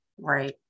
Right